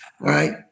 right